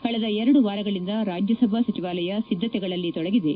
ಕಳೆದ ಎರಡು ವಾರಗಳಿಂದ ರಾಜ್ಯಸಭಾ ಸಚಿವಾಲಯ ಸಿದ್ದತೆಗಳಲ್ಲಿ ತೊಡಗಿದೆ